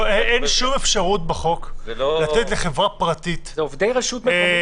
אין שום אפשרות בחוק לאפשר לחברה פרטית לאכוף